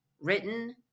written